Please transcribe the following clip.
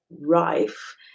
rife